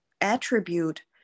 attribute